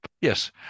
yes